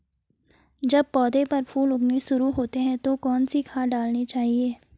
जब पौधें पर फूल लगने शुरू होते हैं तो कौन सी खाद डालनी चाहिए?